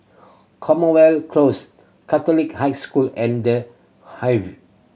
Common Well Close Catholic High School and The Hive